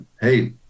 hey